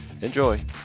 Enjoy